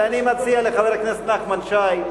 ואני מציע לחבר הכנסת נחמן שי,